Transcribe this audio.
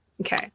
Okay